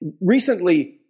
recently